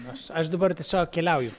aš aš dabar tiesiog keliauju